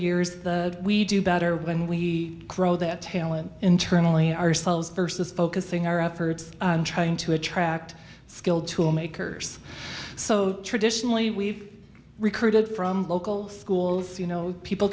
years we do better when we grow that talent internally ourselves versus focusing our efforts on trying to attract skilled toolmakers so traditionally we've recruited from local schools you know people